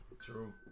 True